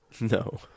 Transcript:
no